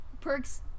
Perks